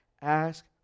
ask